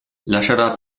lascerà